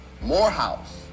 morehouse